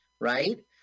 right